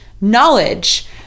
knowledge